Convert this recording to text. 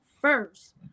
first